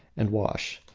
and wash,